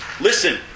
Listen